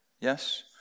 Yes